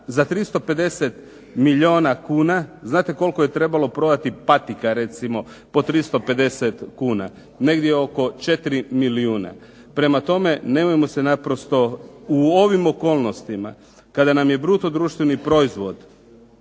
Za 350 milijuna kuna znate koliko je trebalo prodati patika recimo po 350 kuna? Negdje oko 4 milijuna. Prema tome, nemojmo se naprosto u ovim okolnostima kada nam je bruto društveni proizvod